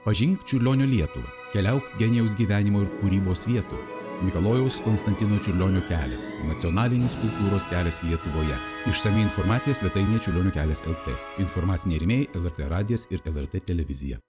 pažink čiurlionio lietuvą keliauk genijaus gyvenimo ir kūrybos vietomis mikalojaus konstantino čiurlionio kelias nacionalinis kultūros kelias lietuvoje išsami informacija svetainėje čiurlionio kelias lt informaciniai rėmėjai lrt radijas ir lrt televizija